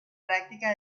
práctica